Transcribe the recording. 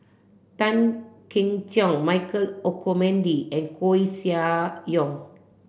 Tan Keong Choon Michael Olcomendy and Koeh Sia Yong